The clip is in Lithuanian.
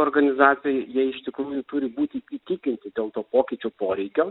organizacijoj jie iš tikrųjų turi būti įtikinti dėl to pokyčio poreikio